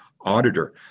auditor